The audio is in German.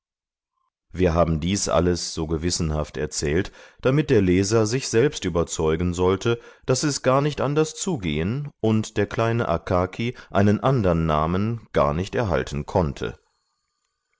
wir haben dies alles so gewissenhaft erzählt damit der leser sich selbst überzeugen sollte daß es gar nicht anders zugehen und der kleine akaki einen andern namen gar nicht erhalten konnte